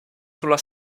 sulla